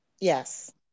yes